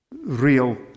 real